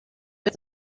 mit